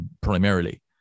primarily